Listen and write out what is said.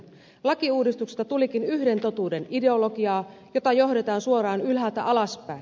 lakiuudistuksesta tulikin yhden totuuden ideologiaa jota johdetaan suoraan ylhäältä alaspäin